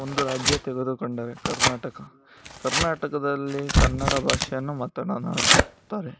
ಒಂದು ರಾಜ್ಯ ತೆಗೆದುಕೊಂಡರೆ ಕರ್ನಾಟಕ ಕರ್ನಾಟಕದಲ್ಲಿ ಕನ್ನಡ ಭಾಷೆಯನ್ನು ಮಾತನಾಡುತ್ತಾರೆ